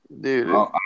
dude